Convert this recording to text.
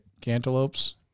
cantaloupes